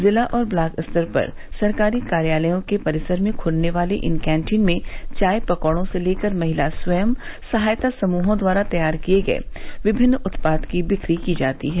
जिला और ब्लॉक स्तर पर सरकारी कार्यालयों के परिसर में खुलने वाली इन कैंटीन में चाय पकौड़ों से लेकर महिला स्वयं सहायता समूहों द्वारा तैयार किए गए विभिन्न उत्पाद की बिक्री की जाती है